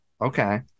Okay